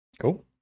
cool